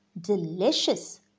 Delicious